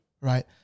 right